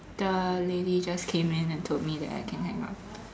the lady just came in and told me that I can hang up